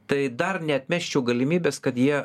tai dar neatmesčiau galimybės kad jie